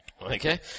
Okay